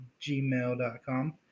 gmail.com